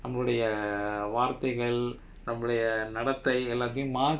நம்மளுடைய வார்த்தைகள் நம்மளுடைய நடத்தை எல்லாத்தயும் மாத்த:nammaludaiya vaarthaigal nammaludaiya nadathai ellathayum maatha